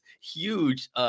huge –